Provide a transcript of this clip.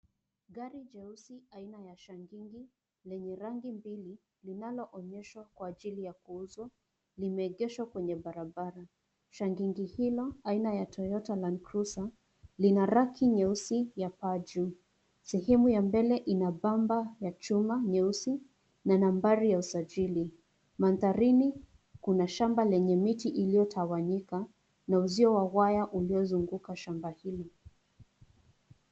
Gari jeusi aina ya shangingi lenye rangi mbili, linaloonyeshwa kwa ajili ya kuuzwa limeegeshwa kwenye barabara, shangingi hilo aina ya Toyota LandCruiser , lina raki nyeusi ya paa juu sehemu ya mbele ina bamba ya chuma nyeusi na nambari ya usajili, mandharini kuna shamba la miti iliyotawanyika na uzio wa waya uliozunguka shamba hili.